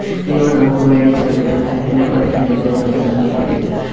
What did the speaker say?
ദൈവം നമുക്ക് വേണ്ടി ചൊരിഞ്ഞിട്ടുള്ള അനവധി അനുഗ്രഹങ്ങൾക്ക് നന്ദി അർപ്പിക്കാം